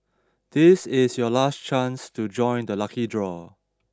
this is your last chance to join the lucky draw